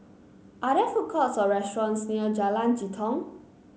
are there food courts or restaurants near Jalan Jitong